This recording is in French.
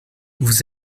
vous